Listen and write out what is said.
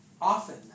often